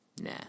nah